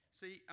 see